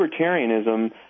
libertarianism